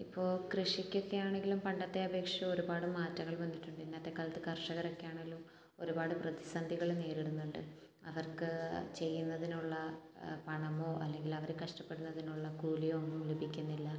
ഇപ്പോൾ കൃഷിക്കൊക്കെ ആണെങ്കിലും പണ്ടത്തെ അപേക്ഷിച്ച് ഒരുപാട് മാറ്റങ്ങൾ വന്നിട്ടുണ്ട് ഇന്നത്തെ കാലത്ത് കർഷകരൊക്കെയാണേലും ഒരുപാട് പ്രതിസന്ധികൾ നേരിടുന്നുണ്ട് അവർക്ക് ചെയ്യുന്നതിനുള്ള പണമോ അല്ലെങ്കിൽ അവർ കഷ്ടപ്പെടുന്നതിനുള്ള കൂലിയോ ഒന്നും ലഭിക്കുന്നില്ല